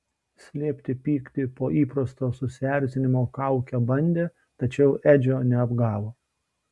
slėpti pyktį po įprasto susierzinimo kauke bandė tačiau edžio neapgavo